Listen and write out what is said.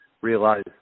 realize